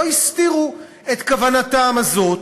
לא הסתירו את כוונתם הזאת,